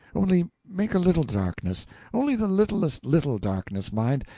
only make a little darkness only the littlest little darkness, mind,